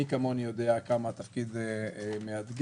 מי כמוני יודע כמה התפקיד מאתגר,